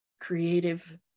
creative